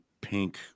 pink